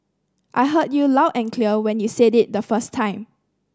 I heard you loud and clear when you said it the first time